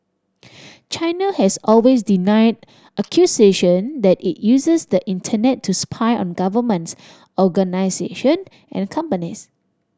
China has always denied accusation that it uses the Internet to spy on governments organisation and companies